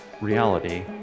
reality